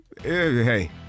hey